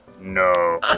No